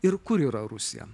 ir kur yra rusija